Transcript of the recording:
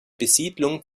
besiedlung